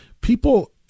people